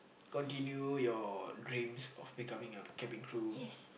continue your dreams of becoming a cabin crew